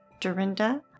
Dorinda